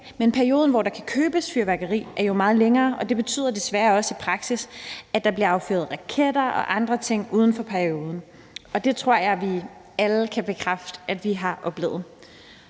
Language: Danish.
men perioden, hvor der kan købes fyrværkeri, er jo meget længere, og det betyder desværre også i praksis, at der bliver affyret raketter og andre ting uden for perioden, og det tror jeg vi alle kan bekræfte at vi har oplevet.